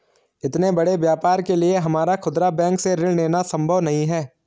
इतने बड़े व्यापार के लिए हमारा खुदरा बैंक से ऋण लेना सम्भव नहीं है